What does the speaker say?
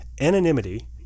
anonymity